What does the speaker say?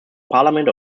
parliament